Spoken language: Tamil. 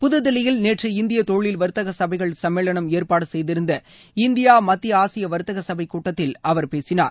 புதுதில்லியில் நேற்று இந்திய தொழில் வர்த்தக சபைகள் சம்மேளனம் ஏற்பாடு செய்திருந்த இந்தியா மத்திய ஆசியா வர்த்தக சபை கூட்டத்தில் அவர் பேசினார்